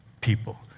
people